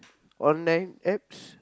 online apps